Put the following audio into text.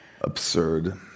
Absurd